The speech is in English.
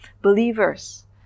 believers